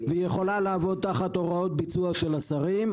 והיא יכולה לעבוד תחת הוראות ביצוע של השרים,